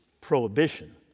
prohibition